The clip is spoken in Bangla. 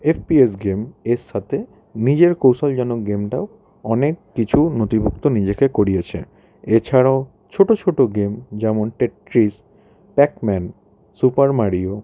এফপিএস গেম এর সাথে নিজের কৌশলজনক গেমটাও অনেক কিছু নথিভুক্ত নিজেকে করিয়েছে এছাড়াও ছোটো ছোটো গেম যেমন টেট্রিস প্যাকম্যান সুপার মারিও